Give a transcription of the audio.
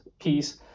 piece